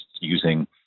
using